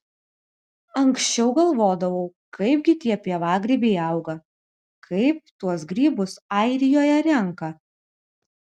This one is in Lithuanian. anksčiau galvodavau kaipgi tie pievagrybiai auga kaip tuos grybus airijoje renka